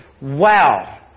Wow